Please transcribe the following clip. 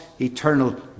eternal